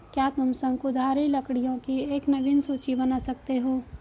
क्या तुम शंकुधारी लकड़ियों की एक नवीन सूची बना सकते हो?